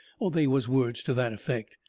or they was words to that effect.